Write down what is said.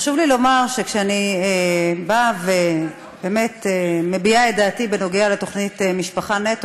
חשוב לי לומר שכשאני באמת מביעה את דעתי בנוגע לתוכנית "משפחה נטו",